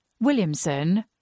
Williamson